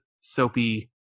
soapy